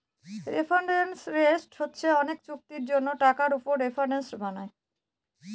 reference rate হচ্ছে অনেক চুক্তির জন্য টাকার উপর রেফারেন্স বানায়